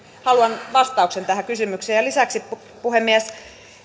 haluan vastauksen tähän kysymykseen lisäksi puhemies